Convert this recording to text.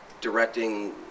directing